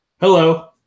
Hello